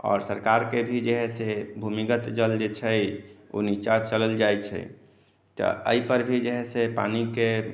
आओर सरकार के भी जे है से भूमिगत जल जे छै ओ नीचाँ चलल जाइ छै तऽ एहि पर भी जे है से पानि के